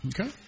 Okay